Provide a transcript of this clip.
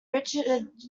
richard